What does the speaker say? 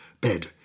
bed